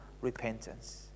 repentance